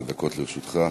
11 דקות לרשותך.